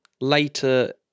later